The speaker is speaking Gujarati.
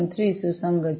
3 સુસંગત છે